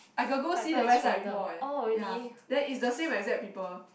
I got go see the website before eh ya then it's the same exact people